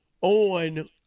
on